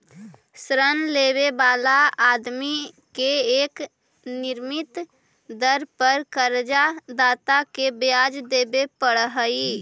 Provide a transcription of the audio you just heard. ऋण लेवे वाला आदमी के एक निश्चित दर पर कर्ज दाता के ब्याज देवे पड़ऽ हई